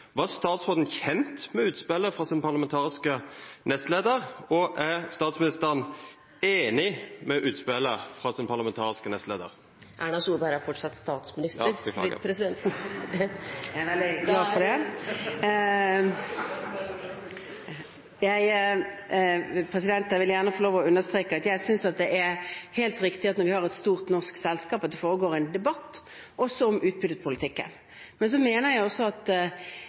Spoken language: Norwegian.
Var statsråden kjent med utspillet fra sin parlamentariske nestleder? Og er statsministeren enig i utspillet fra sin parlamentariske nestleder? Erna Solberg er fortsatt statsminister. Erna Solberg har ordet, vær så god. Jeg vil gjerne få lov til å understreke at jeg synes det er helt riktig når vi har et stort norsk selskap, at det foregår en debatt også om utbyttepolitikken. Men så mener jeg også at